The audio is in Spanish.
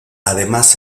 además